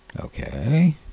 okay